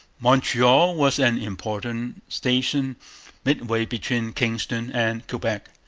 montreal was an important station midway between kingston and quebec,